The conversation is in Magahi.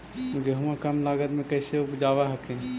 गेहुमा कम लागत मे कैसे उपजाब हखिन?